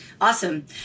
Awesome